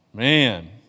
Man